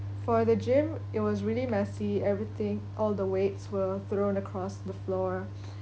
for the gym it was really messy everything all the weights were thrown across the floor